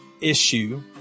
issue